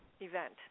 event